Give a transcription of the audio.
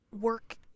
work